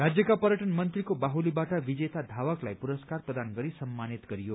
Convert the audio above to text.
राज्यका पर्यटन मन्त्रीको बाहुलीबाट विजेता धावकहरूलाई पुरस्कार प्रदान गरी सम्मानित गरियो